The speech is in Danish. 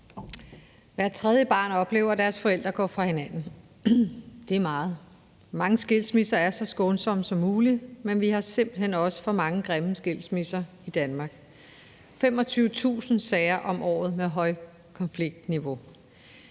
Hvert tredje barn oplever, at deres forældre går fra hinanden. Det er meget. Mange skilsmisser er så skånsomme som muligt, men vi har simpelt hen også for mange grimme skilsmisser i Danmark. Der er 25.000 sager om året med højkonfliktniveau.